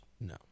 No